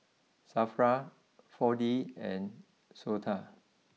Safra four D and Sota